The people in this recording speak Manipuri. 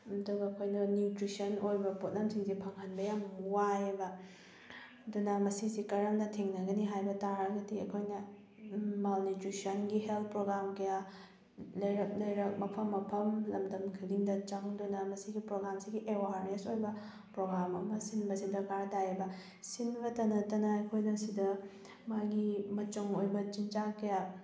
ꯑꯗꯨꯒ ꯑꯩꯈꯣꯏꯅ ꯅ꯭ꯌꯨꯇ꯭ꯔꯤꯁꯟ ꯑꯣꯏꯕ ꯄꯣꯠꯂꯝꯁꯤꯡꯁꯦ ꯐꯪꯍꯟꯕ ꯌꯥꯝ ꯋꯥꯏꯌꯦꯕ ꯑꯗꯨꯅ ꯃꯁꯤꯁꯦ ꯀꯔꯝꯅ ꯊꯦꯡꯅꯒꯅꯤ ꯍꯥꯏꯕ ꯇꯥꯔꯒꯗꯤ ꯑꯩꯈꯣꯏꯅ ꯃꯥꯜꯅ꯭ꯌꯨꯇ꯭ꯔꯤꯁꯟꯒꯤ ꯍꯦꯜꯠ ꯄ꯭ꯔꯣꯒ꯭ꯔꯥꯝ ꯀꯌꯥ ꯂꯩꯔꯛ ꯂꯩꯔꯛ ꯃꯐꯝ ꯃꯐꯝ ꯂꯝꯗꯝ ꯈꯨꯗꯤꯡꯗ ꯆꯪꯗꯨꯅ ꯃꯁꯤꯒꯤ ꯄ꯭ꯔꯣꯒ꯭ꯔꯥꯝꯁꯤꯒꯤ ꯑꯦꯋꯥꯔꯅꯦꯁ ꯑꯣꯏꯕ ꯄ꯭ꯔꯣꯒ꯭ꯔꯥꯝ ꯑꯃ ꯁꯤꯟꯕꯁꯦ ꯗꯔꯀꯥꯔ ꯇꯥꯏꯌꯦꯕ ꯁꯤꯟꯕꯇ ꯅꯠꯇꯅ ꯑꯩꯈꯣꯏꯗ ꯁꯤꯗ ꯃꯥꯒꯤ ꯃꯆꯪ ꯑꯣꯏꯕ ꯆꯤꯟꯖꯥꯛ ꯀꯌꯥ